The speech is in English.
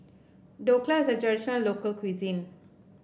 dhokla is a traditional local cuisine